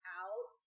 out